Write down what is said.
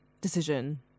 decision